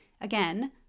Again